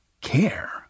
care